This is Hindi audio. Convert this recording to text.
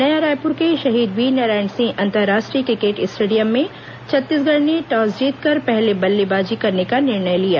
नया रायपुर के शहीद वीरनारायण सिंह अंतर्राष्ट्रीय क्रिकेट स्टेडियम में छत्तीसगढ़ ने टॉस जीतकर पहले बल्लेबाजी करने का निर्णय लिया